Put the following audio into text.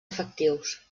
efectius